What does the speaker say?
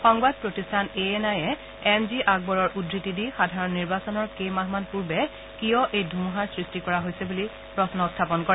সংবাদ প্ৰতিষ্ঠান A N আইয়ে এম জি আকবৰৰ উদ্ধতি দি সাধাৰণ নিৰ্বাচনৰ কেইমাহমান পূৰ্বে কিয় এই ধুমুহাৰ সৃষ্টি কৰা হৈছে বুলি প্ৰশ্ন উত্থাপন কৰে